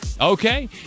Okay